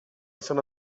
sono